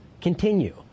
continue